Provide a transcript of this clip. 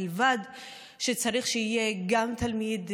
מלבד זה שצריך שיהיה גם תלמיד,